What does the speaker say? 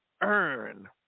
earn